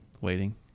Waiting